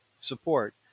support